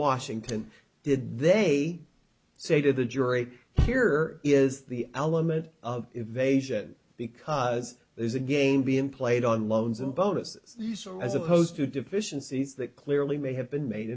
washington did they say to the jury here is the element of evasion because there's a game being played on loans and bonuses as opposed to deficiencies that clearly may have been made